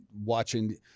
watching